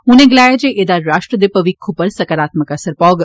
उनें गलाया जे एहदा राश्ट्र दे भविक्ख उप्पर सकारात्मक असर पौग